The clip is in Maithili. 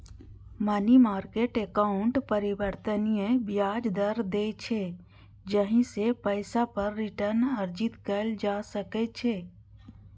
मनी मार्केट एकाउंट परिवर्तनीय ब्याज दर दै छै, जाहि सं पैसा पर रिटर्न अर्जित कैल जा सकै छै